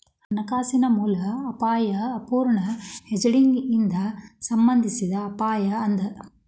ಹಣಕಾಸಿನ ಮೂಲ ಅಪಾಯಾ ಅಪೂರ್ಣ ಹೆಡ್ಜಿಂಗ್ ಇಂದಾ ಸಂಬಂಧಿಸಿದ್ ಅಪಾಯ ಅದ